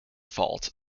fault